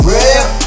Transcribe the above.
Real